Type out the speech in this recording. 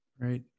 Right